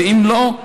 ואם לא,